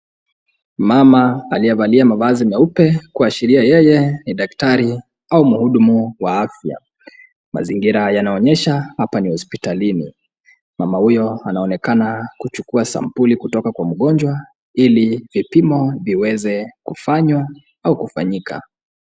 Mama aliyevalia mavazi meupe, kuashiria yeye ni daktari au muhudumu wa afya. Mazingira yanaonyesha hapa ni hospitalini. Mama huyo anaonekana kuchukua sampuli kutoka kwa mgonjwa, ili vipimo viweze kufanywa au kufanyika.